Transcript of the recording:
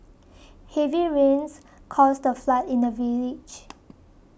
heavy rains caused a flood in the village